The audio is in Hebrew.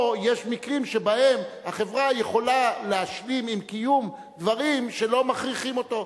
או יש מקרים שבהם החברה יכולה להשלים עם קיום דברים שלא מכריחים אותו,